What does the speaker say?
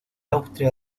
austria